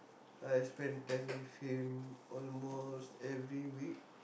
I spend time with him almost every week